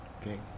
Okay